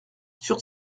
sur